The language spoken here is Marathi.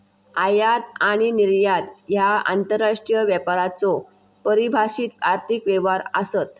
आयात आणि निर्यात ह्या आंतरराष्ट्रीय व्यापाराचो परिभाषित आर्थिक व्यवहार आसत